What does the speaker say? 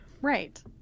Right